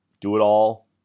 do-it-all